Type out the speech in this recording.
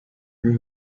her